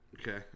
Okay